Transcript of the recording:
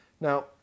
Now